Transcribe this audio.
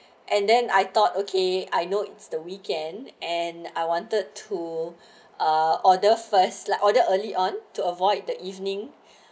and then I thought okay I know it's the weekend and I wanted to uh order first like order early on to avoid the evening